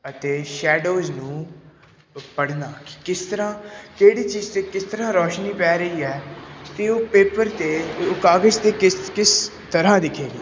ਅਤੇ ਸ਼ੈਡੋਜ ਨੂੰ ਪੜ੍ਹਨਾ ਕਿ ਕਿਸ ਤਰ੍ਹਾਂ ਕਿਹੜੀ ਚੀਜ਼ 'ਤੇ ਕਿਸ ਤਰ੍ਹਾਂ ਰੌਸ਼ਨੀ ਪੈ ਰਹੀ ਹੈ ਅਤੇ ਉਹ ਪੇਪਰ 'ਤੇ ਉਹ ਕਾਗਜ਼ 'ਤੇ ਕਿਸ ਕਿਸ ਤਰ੍ਹਾਂ ਦਿਖੇਗੀ